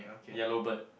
yellow bird